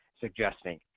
suggesting